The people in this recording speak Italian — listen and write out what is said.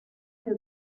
più